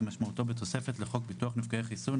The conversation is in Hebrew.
כמשמעותו בתוספת לחוק ביטוח נפגעי חיסון,